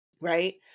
right